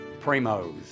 Primos